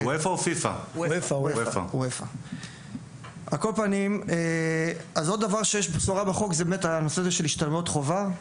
על כל פנים עוד דבר שיש בשורה בחוק זה הדבר הזה של השתלמויות חובה.